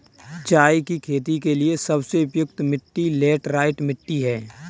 चाय की खेती के लिए सबसे उपयुक्त मिट्टी लैटराइट मिट्टी है